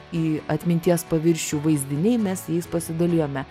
į atminties paviršių vaizdiniai mes jais pasidalijome